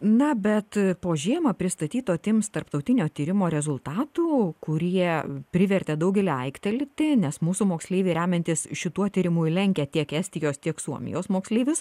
na bet po žiemą pristatyto tims tarptautinio tyrimo rezultatų kurie privertė daugelį aiktelėti nes mūsų moksleiviai remiantis šituo tyrimu lenkia tiek estijos tiek suomijos moksleivius